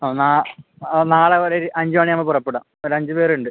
ആ നാളെ ആ നാളെ ഒരു അഞ്ച് മണി ആവുമ്പോൾ പുറപ്പെടാം ഒരു അഞ്ച് പേരുണ്ട്